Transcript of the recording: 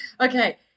Okay